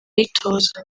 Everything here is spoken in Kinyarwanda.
ayitoza